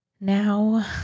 now